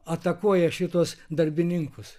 atakuoja šitos darbininkus